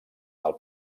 del